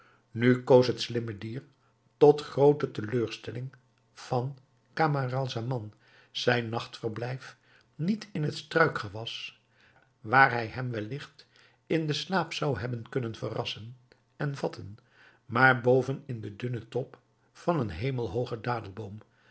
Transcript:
nu koos het slimme dier tot groote teleurstelling van camaralzaman zijn nachtverblijf niet in het struikgewas waar hij hem welligt in den slaap zou hebben kunnen verrassen en vatten maar boven in den dunnen top van een